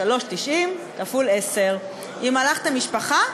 3.90 כפול 10. אם הלכתם משפחה,